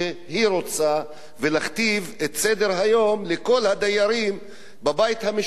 להכתיב את סדר היום לכל הדיירים בבית המשותף כפי שהיא רוצה.